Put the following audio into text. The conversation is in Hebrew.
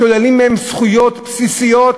שוללים מהם זכויות בסיסיות,